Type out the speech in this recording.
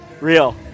Real